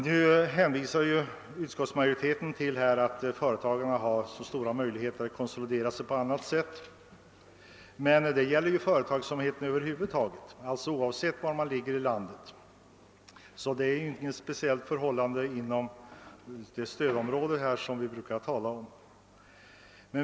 Nu hänvisar utskottsmajoriteten till att företagen har stora möjligheter att konsolidera sig på annat sätt, men det gäller ju företagsamheten över huvud taget, oavsett var den finns i landet. Det gäller således inga speciella regler inom det stödområde som vi brukar tala om.